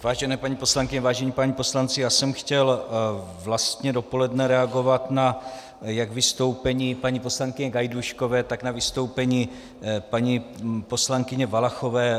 Vážené paní poslankyně, vážení páni poslanci, já jsem chtěl vlastně dopoledne reagovat jak na vystoupení paní poslankyně Gajdůškové, tak na vystoupení paní poslankyně Valachové.